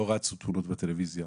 לא רצו תמונות בטלוויזיה,